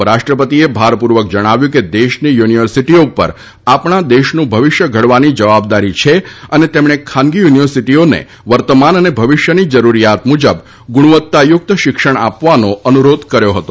ઉપરાષ્ટ્રપતિએ ભારપૂર્વક જણાવ્યું હતું કે દેશની યુનિવર્સિટીઓ ઉપર આપણા દેશનું ભવિષ્ય ઘડવાની જવાબદારી છે અને તેમણે ખાનગી યુનિવર્સિટીઓને વર્તમાન અને ભવિષ્યની જરૂરિયાત મુજબ ગુણવત્તાયુક્ત શિક્ષણ આપવાનો અનુરોધ કર્યો હતો